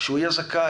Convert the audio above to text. שהוא יהיה זכאי